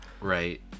right